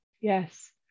Yes